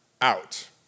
out